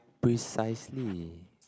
precisely